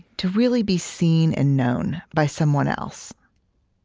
to really be seen and known by someone else.